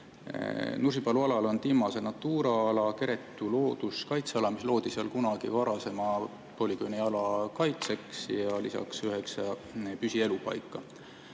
Nursipalu alal on Timmase Natura ala, Keretü looduskaitseala, mis loodi seal kunagi varasema polügooni ala kaitseks, ja lisaks üheksa püsielupaika.